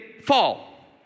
fall